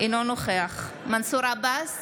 אינו נוכח מנסור עבאס,